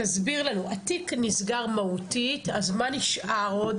תסביר לנו, התיק נסגר מהותית, אז מה נשאר עוד?